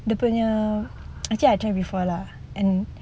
dia punya actually I've tried before lah and